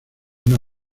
una